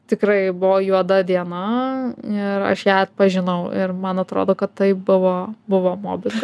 tikrai buvo juoda diena ir aš ją atpažinau ir man atrodo kad tai buvo buvo mobingas